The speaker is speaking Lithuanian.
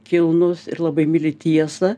kilnūs ir labai myli tiesą